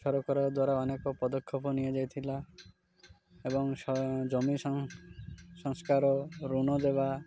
ସରକାର ଦ୍ୱାରା ଅନେକ ପଦକ୍ଷେପ ନିଆଯାଇଥିଲା ଏବଂ ଜମି ସଂସ୍କାର ଋଣ ଦେବା